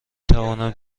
توانم